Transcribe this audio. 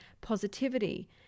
positivity